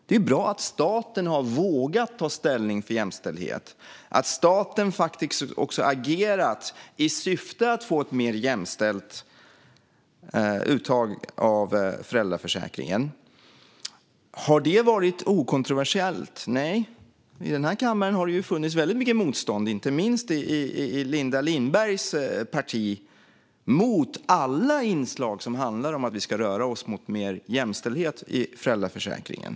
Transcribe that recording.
Det är bra att staten har vågat ta ställning för jämställdhet och att staten har agerat i syfte att få ett mer jämställt uttag av föräldraförsäkringen. Har detta varit okontroversiellt? Nej. I denna kammare har det funnits mycket motstånd, inte minst i Linda Lindbergs parti, mot alla förslag som handlar om att vi ska röra oss mot mer jämställdhet i föräldraförsäkringen.